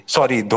Sorry